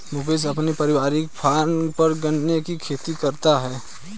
मुकेश अपने पारिवारिक फॉर्म पर गन्ने की खेती करता है